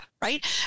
right